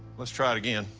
let's try it again.